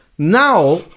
Now